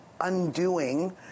undoing